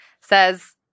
says